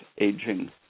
aging